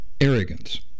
arrogance